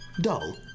dull